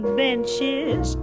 benches